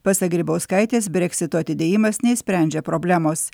pasak grybauskaitės breksito atidėjimas neišsprendžia problemos